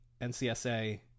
NCSA